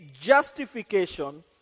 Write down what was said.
justification